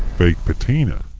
fake patina.